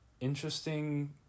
interesting